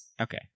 Okay